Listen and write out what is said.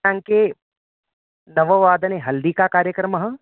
नाङ्के नववादने हल्दिकाकार्यक्रमः